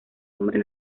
hombre